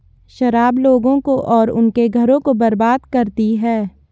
शराब लोगों को और उनके घरों को बर्बाद करती है